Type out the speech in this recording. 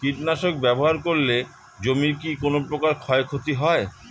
কীটনাশক ব্যাবহার করলে জমির কী কোন প্রকার ক্ষয় ক্ষতি হয়?